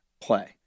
play